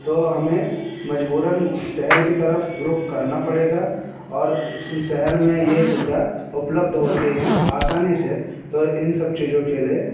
तो हमें मजबूरन शहर की तरफ रुख करना पड़ेगा और शहर में ये सुविधा उपलब्ध होती है आसानी से तो इन सब चीज़ों के लिए